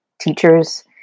teacher's